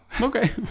Okay